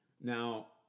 Now